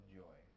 joy